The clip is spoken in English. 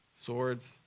swords